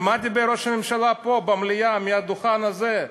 על מה דיבר ראש הממשלה פה, במליאה, מעל הדוכן הזה?